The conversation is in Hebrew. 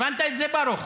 הבנת את זה ברוך?